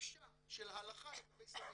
הגישה של ההלכה לגבי סמים.